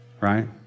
right